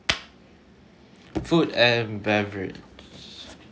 food and beverage